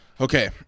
Okay